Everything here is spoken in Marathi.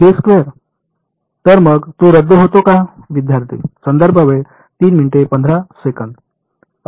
तर मग तो रद्द होतो का